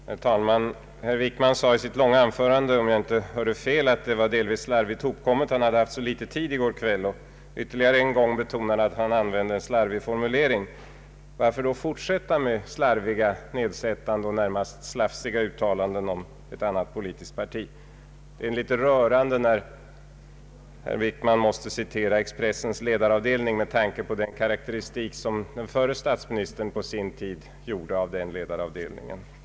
Herr talman! Om jag inte hörde fel sade statsrådet Wickman i sitt långa anförande att det var slarvigt hopkom met — han hade haft så liten tid i går kväll — och ytterligare en gång beto nade han att han använde en slarvig formulering. Varför då fortsätta med slarviga, nedsättande och närmast slafsiga uttalanden om ett annat politiskt parti? Det är litet rörande när herr Wickman måste citera Expressens ledaravdelning. Jag tänker då på den karakteristik som den förre statsministern gjorde av den ledaravdelningen.